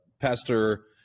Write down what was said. Pastor